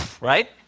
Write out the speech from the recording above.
Right